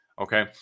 okay